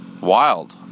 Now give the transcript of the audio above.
wild